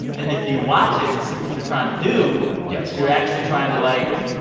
and if you watch it and see what you're trying to do. yes. you're actually trying to, like.